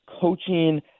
Coaching